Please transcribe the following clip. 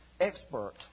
expert